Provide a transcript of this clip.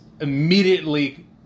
immediately